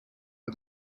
but